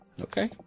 Okay